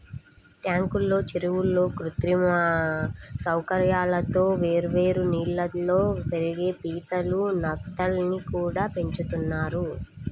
ట్యాంకుల్లో, చెరువుల్లో కృత్రిమ సౌకర్యాలతో వేర్వేరు నీళ్ళల్లో పెరిగే పీతలు, నత్తల్ని కూడా పెంచుతున్నారు